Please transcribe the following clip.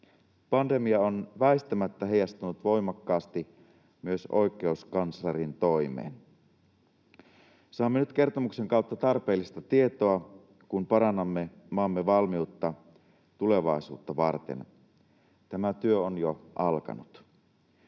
Pandemia on väistämättä heijastunut voimakkaasti myös oikeuskanslerin toimeen. Saamme nyt kertomuksen kautta tarpeellista tietoa, kun parannamme maamme valmiutta tulevaisuutta varten — tämä työ on jo alkanut.